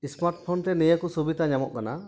smart phone ᱨᱮ ᱱᱤᱭᱟᱹᱠᱚ ᱥᱩᱵᱤᱫᱟ ᱧᱟᱢᱚᱜ ᱠᱟᱱᱟ